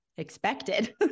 Expected